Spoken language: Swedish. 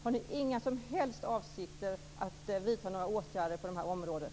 Har ni inga som helst avsikter att vidta några åtgärder på det området?